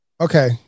Okay